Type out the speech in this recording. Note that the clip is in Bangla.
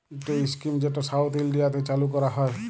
ইকট ইস্কিম যেট সাউথ ইলডিয়াতে চালু ক্যরা হ্যয়